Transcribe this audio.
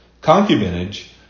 Concubinage